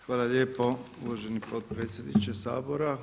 Hvala lijepo uvaženi potpredsjedniče Sabora.